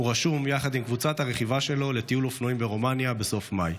הוא רשום יחד עם קבוצת הרכיבה שלו לטיול אופנועים ברומניה בסוף מאי.